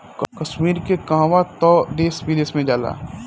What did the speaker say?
कश्मीर के कहवा तअ देश विदेश में जाला